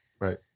right